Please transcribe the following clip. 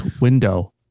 window